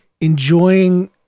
enjoying